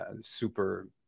super